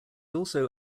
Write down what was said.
also